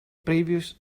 previous